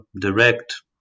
direct